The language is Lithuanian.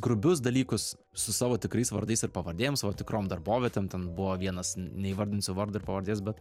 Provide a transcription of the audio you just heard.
grubius dalykus su savo tikrais vardais ir pavardėm savo tikrom darbovietėm ten buvo vienas neįvardinsiu vardo ir pavardės bet